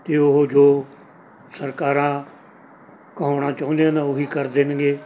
ਅਤੇ ਉਹ ਜੋ ਸਰਕਾਰਾਂ ਕਹਾਉਣਾ ਚਾਹੁੰਦੀਆਂ ਨੇ ਉਹੀ ਕਰਦੇ ਨਗੇ